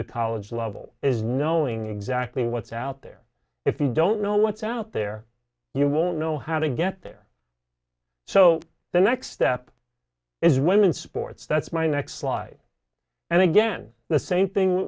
the college level is knowing exactly what's out there if you don't know what's out there you won't know how to get there so the next step is women's sports that's my next slide and again the same thing